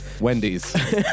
Wendy's